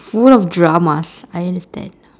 full of dramas I understand